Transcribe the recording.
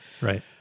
Right